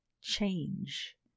Change